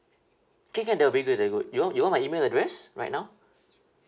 can can that would be good that good you want you want my email address right now